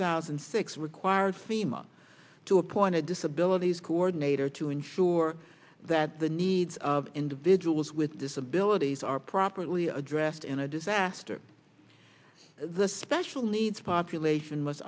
thousand and six required fema to appoint a disability coordinator to ensure that the needs of individuals with disabilities are properly addressed in a disaster the special needs population